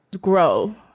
grow